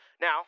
Now